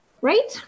right